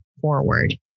forward